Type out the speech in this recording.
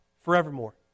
forevermore